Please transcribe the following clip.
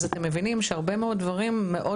אז אתם מבינים שהרבה מאוד דברים מאוד